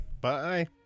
bye